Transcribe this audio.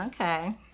Okay